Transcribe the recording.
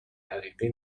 حقیقی